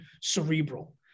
cerebral